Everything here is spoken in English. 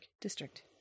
District